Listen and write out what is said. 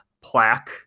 plaque